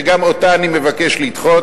שגם אותה אני מבקש לדחות.